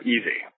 Easy